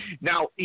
now